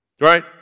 right